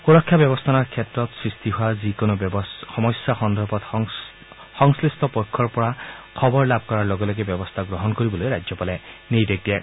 সুৰক্ষা ব্যৱস্থাপনাৰ ক্ষেত্ৰত সৃষ্টি হোৱা যিকোনো সমস্যা সন্দৰ্ভত সংশ্লিষ্ট পক্ষৰ পৰা প্ৰতিবেদন লাভ কৰাৰ লগে লগে ব্যৱস্থা গ্ৰহণ কৰিবলৈ ৰাজ্যপালে নিৰ্দেশ দিয়ে